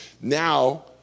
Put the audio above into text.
Now